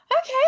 okay